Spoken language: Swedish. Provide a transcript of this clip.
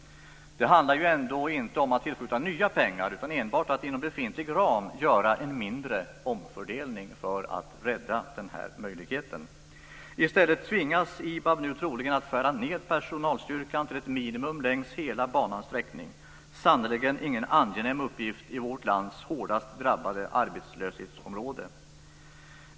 Det handlar ju ändå inte om att tillskjuta några nya pengar utan enbart om att inom befintlig ram göra en mindre omfördelning för att rädda denna möjlighet. I stället tvingas IBAB nu troligen att skära ned personalstyrkan till ett minimum längs hela banans sträckning. Det är sannerligen ingen angenäm uppgift i vårt lands hårdast drabbade arbetslöshetsområde.